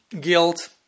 guilt